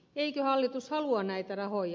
eikö hallitus halua näitä rahoja